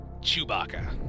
Chewbacca